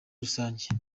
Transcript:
rusange